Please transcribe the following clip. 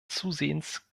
zusehends